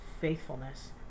faithfulness